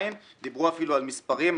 דיברו אפילו על מספרים.